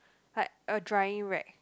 like a drying rack